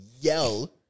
yell